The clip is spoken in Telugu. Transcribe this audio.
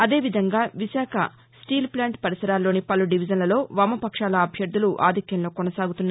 అదేవిధంగా విశాఖ స్టీల్ ఫ్లాంట్ పరిసరాల్లోని పలు డివిజన్లలో వామపక్షాల అభ్యర్ణులు ఆధిక్యంలో కొనసాగుతున్నారు